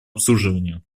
обслуживанию